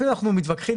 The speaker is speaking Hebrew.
לפעמים אנחנו מתווכחים,